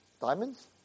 diamonds